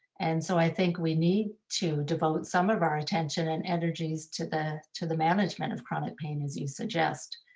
and so i think we need to devote some of our attention and energies to the to the management of chronic pain, as you suggest.